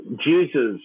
Jesus